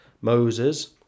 Moses